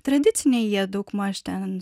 tradiciniai jie daugmaž ten